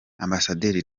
ambasaderi